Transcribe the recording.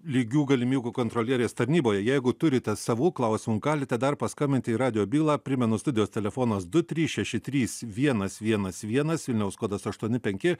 lygių galimygų kontrolierės tarnyboje jeigu turite savų klausimų galite dar paskambinti į radijo bylą primenu studijos telefonas du trys šeši trys vienas vienas vienas vilniaus kodas aštuoni penki